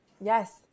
Yes